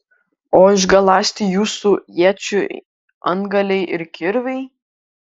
o išgaląsti jūsų iečių antgaliai ir kirviai